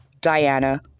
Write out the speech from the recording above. Diana